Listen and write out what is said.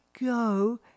go